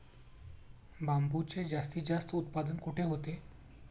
बांबूचे जास्तीत जास्त उत्पादन कुठे होते?